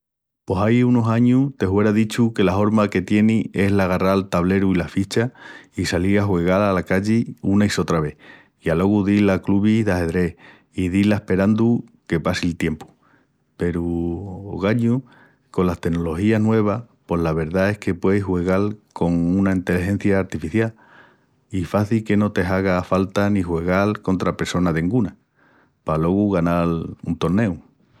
Pos ai unus añus te huera dichu que la horma que tienis es el agarrá'l tableru i las fichas i salil a juegal ala calli una i sotra vés i alogu dil a clubis d'axedrés i dil asperandu que passi'l tiempu, peru, ogañu, colas tenologías nuevas pos la verdá es que pueis juegal con una enteligencia artificial i faci que no te haga falta ni juegal contra pressona denguna pa alogu ganal un torneu.